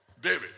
David